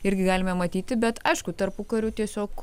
irgi galime matyti bet aišku tarpukariu tiesiog